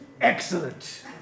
Excellent